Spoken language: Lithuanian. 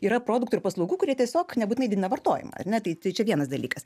yra produktų ir paslaugų kurie tiesiog nebūtinai didina vartojimą ar ne tai tai čia vienas dalykas